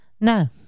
No